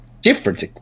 Different